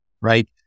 Right